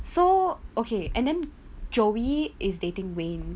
so okay and then joey is dating wayne